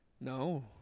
no